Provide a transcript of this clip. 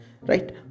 right